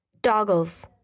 Doggles